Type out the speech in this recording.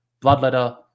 Bloodletter